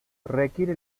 requiere